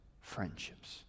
friendships